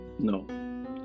No